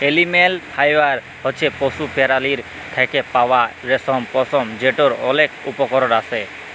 animal fibre হছে পশু পেরালীর থ্যাকে পাউয়া রেশম, পশম যেটর অলেক উপকরল আসে